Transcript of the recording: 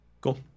cool